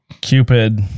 Cupid